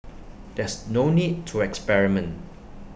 there's no need to experiment